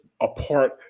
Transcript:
apart